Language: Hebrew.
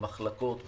מחלקות וכדומה,